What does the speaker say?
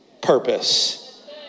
purpose